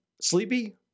Sleepy